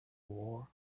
war